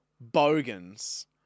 Bogans